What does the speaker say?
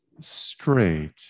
straight